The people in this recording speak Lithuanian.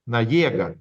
na jėgą